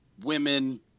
women